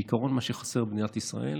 בעיקרון, מה שחסר במדינת ישראל